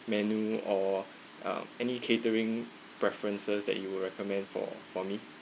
menu or uh any catering preferences that you will recommend for for me